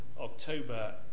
October